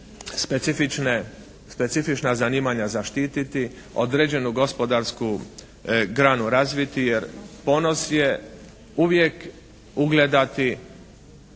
specifična zanimanja zaštititi, određenu gospodarsku granu razviti, jer ponos je uvijek ugledati